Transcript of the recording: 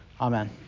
Amen